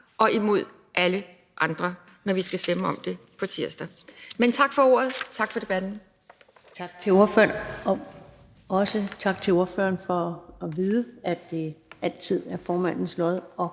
og imod alle andre, når vi skal stemme om dem på tirsdag. Men tak for ordet, tak for debatten. Kl. 14:40 Første næstformand (Karen Ellemann): Tak til ordføreren, og også tak for at vide, at det altid er formandens lod